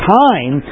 time